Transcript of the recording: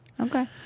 Okay